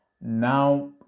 now